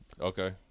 Okay